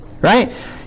Right